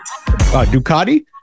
Ducati